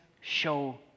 show